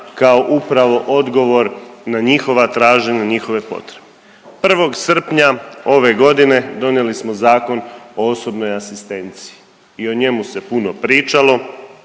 kao upravo odgovor na njihova traženja na njihove potrebe. 1. srpnja ove godine donijeli smo Zakon o osobnoj asistenciji. I o njemu se puno pričalo